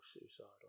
suicidal